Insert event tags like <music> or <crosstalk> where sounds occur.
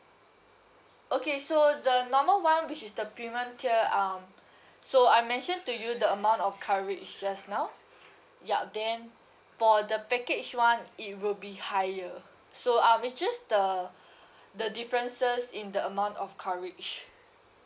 okay so the normal [one] which is the premium tier um <breath> so I mentioned to you the amount of coverage just now yup then for the package one it will be higher so um it's just the <breath> the differences in the amount of coverage